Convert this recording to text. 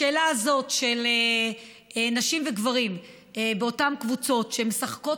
בשאלה הזאת של נשים וגברים באותן קבוצות שהן משחקות